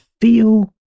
feel